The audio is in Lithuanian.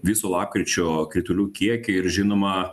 viso lapkričio kritulių kiekį ir žinoma